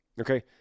Okay